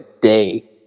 day